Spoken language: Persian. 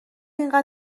اینقدر